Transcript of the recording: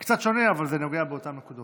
זה קצת שונה, אבל זה נוגע באותן נקודות.